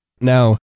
Now